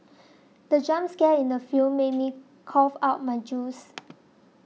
the jump scare in the film made me cough out my juice